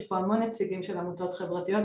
יש פה המון נציגים של עמותות חברתיות.